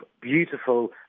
beautiful